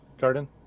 garden